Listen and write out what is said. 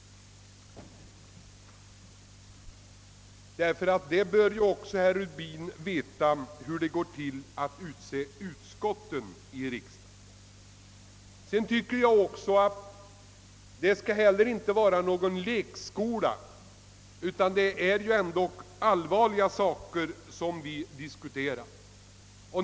Herr Rubin bör lära sig hur det går till att utse utskottsledamöterna i riksdagen. Det skall heller inte vara någon lekskola här; det är ju allvarliga saker som vi diskuterar.